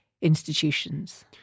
institutions